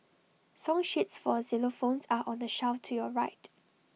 song sheets for xylophones are on the shelf to your right